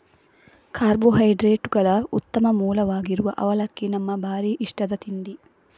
ಕಾರ್ಬೋಹೈಡ್ರೇಟುಗಳ ಉತ್ತಮ ಮೂಲವಾಗಿರುವ ಅವಲಕ್ಕಿ ನಮ್ಮ ಭಾರೀ ಇಷ್ಟದ ತಿಂಡಿ